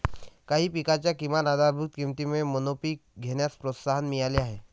काही पिकांच्या किमान आधारभूत किमतीमुळे मोनोपीक घेण्यास प्रोत्साहन मिळाले आहे